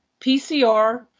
PCR